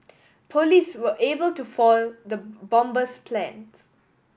police were able to foil the bomber's plans